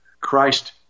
Christ